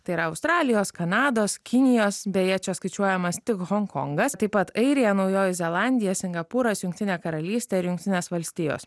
tai yra australijos kanados kinijos beje čia skaičiuojamas tik honkongas taip pat airija naujoji zelandija singapūras jungtinė karalystė ir jungtinės valstijos